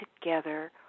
together